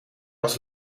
was